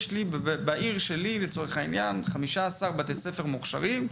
יש בעיר שלי 15 בתי ספר מוכש"רים.